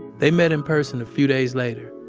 they met in person a few days later.